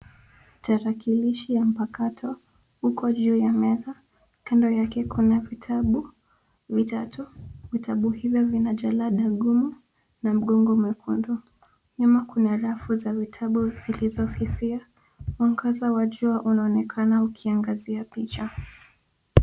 Tarakilishi ya mpakato uko juu ya meza, kando yake kuna vitabu vitatu. Vitabu hivyo vina jalada gumu na mgongo mwekundu. Nyuma kuna rafu za vitabu zilizofifia. Mwangaza wa jua unaonekana ukiangazia picha.